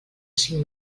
cinc